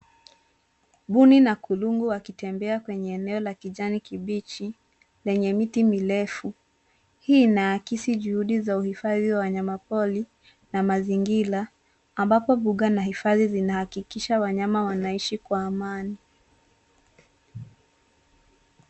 Mbuni na kulungu wakitembea kwenye eneo la kijani kibichi lenye miti mirefu. Hii ina akisi juhudi za uhifadhi wa wanyama pori na mazingira ambapo mbuga na hifadhi zinahakikisha wanyama wanaishi kwa amani.